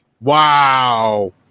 Wow